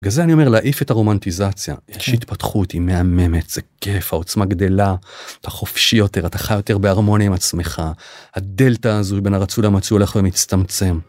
בגלל זה אני אומר להעיף את הרומנטיזציה, איך שהתפתחות היא מהממת, זה כיף, העוצמה גדלה, אתה חופשי יותר, אתה חי יותר בהרמוניה עם עצמך, הדלתה הזו היא בין הרצון למצוי הולך ומצטמצם.